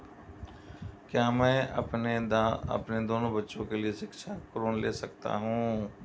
क्या मैं अपने दोनों बच्चों के लिए शिक्षा ऋण ले सकता हूँ?